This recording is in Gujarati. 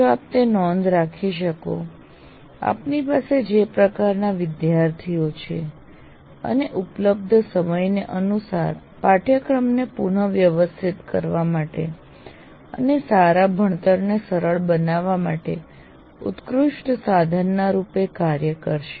જો આપ તે નોંધ રાખી શકો આપની પાસે જે પ્રકારનાં વિદ્યાર્થીઓ છે અને ઉપલબ્ધ સમયને અનુસાર પાઠ્યક્રમને પુનઃવ્યવસ્થિત કરવા માટે અને સારા ભણતરને સરળ બનાવવા માટે ઉત્કૃષ્ટ સાધનના રૂપે કાર્ય કરશે